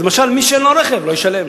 אז למשל מי שאין לו רכב לא ישלם.